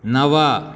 नव